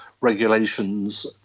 regulations